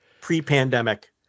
pre-pandemic